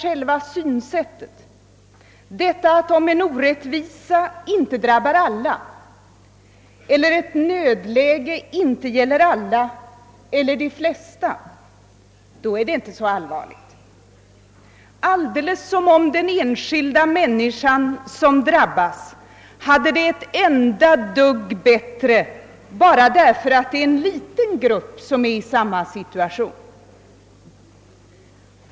Man menar att om en orättvisa inte drabbar alla eller om ett nödläge inte gäller de flesta är det inte så allvarligt — precis som om den enskilda människan som drabbas hade det ett enda dugg bättre därför att hon tillhör en grupp som inte är så stor.